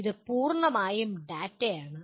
ഇത് പൂർണ്ണമായും ഡാറ്റയാണ്